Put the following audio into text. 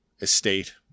estate